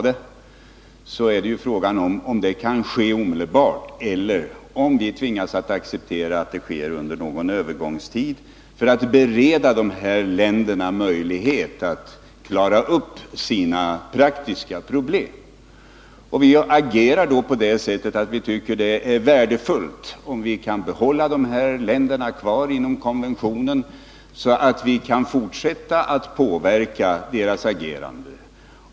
Det är frågan om det kan ske omedelbart eller om vi tvingas att acceptera att det sker efter en övergångstid för att bereda länderna möjlighet att lösa sina praktiska problem. Vi tycker att det är värdefullt om vi kan behålla dessa länder inom konventionen, så att vi kan fortsätta att påverka deras agerande.